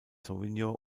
sauvignon